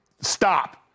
stop